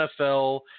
NFL